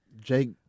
Jake